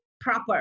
Proper